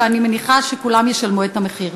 ואני מניחה שכולם ישלמו את המחיר.